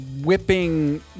whipping